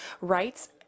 rights